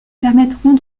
permettront